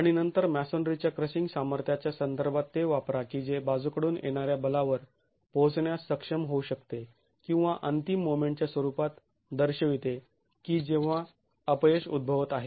आणि नंतर मॅसोनरीच्या क्रशिंग सामर्थ्याच्या संदर्भात ते वापरा की जे बाजूकडून येणाऱ्या बलावर पोहोचण्यास सक्षम होऊ शकते किंवा अंतिम मोमेंटच्या स्वरूपात दर्शविते की जेव्हा अपयश उद्भवत आहे